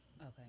Okay